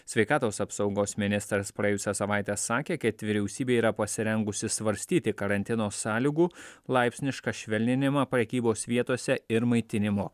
sveikatos apsaugos ministras praėjusią savaitę sakė kad vyriausybė yra pasirengusi svarstyti karantino sąlygų laipsnišką švelninimą prekybos vietose ir maitinimo